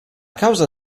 causa